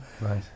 Right